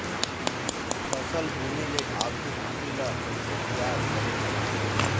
फसल बुने ले आघु माटी ला कइसे तियार करेक चाही?